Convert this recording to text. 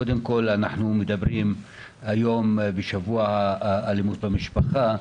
קודם כול, השבוע הוא שבוע האלימות במשפחה,